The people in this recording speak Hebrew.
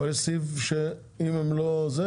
אבל יש סעיף שאם הם לא ---,